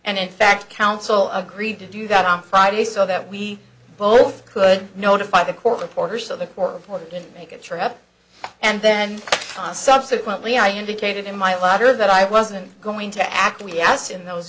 and in fact counsel agreed to do that on friday so that we both could notify the court reporter so the court reporter could make a trip and then on subsequently i indicated in my letter that i wasn't going to act